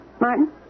Martin